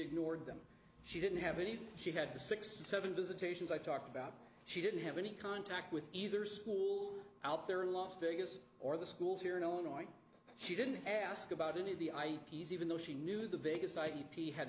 ignored them she didn't have any she had the six seven visitations i talked about she didn't have any contact with either school out there in las vegas or the schools here in illinois she didn't ask about any of the eyepiece even though she knew the vegas i